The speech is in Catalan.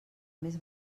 més